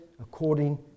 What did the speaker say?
according